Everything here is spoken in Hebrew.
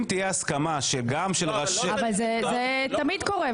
אם תהיה הסכמה גם של ראשי --- הרי זה תמיד קורה.